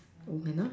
oh meh lah